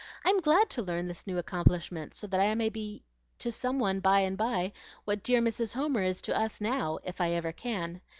i'm glad to learn this new accomplishment, so that i may be to some one by-and-by what dear mrs. homer is to us now, if i ever can.